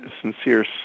sincere